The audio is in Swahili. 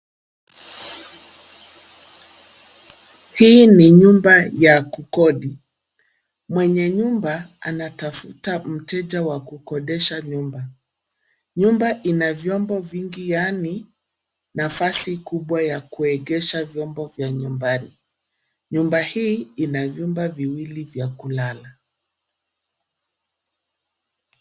Hii ni nyumba ya kukodi. Mwenye nyumba anatafuta mteja wa kukodesha nyumba. Nyumba ina vyombo vingi, yaaani nafasi kubwa ya kuegesha vyombo vya nyumbani. Nyumba hii ina vyumba viwili vya kulala.